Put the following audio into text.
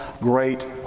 great